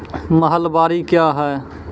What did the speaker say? महलबाडी क्या हैं?